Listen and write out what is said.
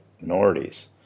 minorities